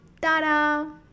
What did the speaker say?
Ta-da